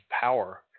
power